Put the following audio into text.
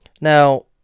Now